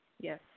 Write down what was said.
Yes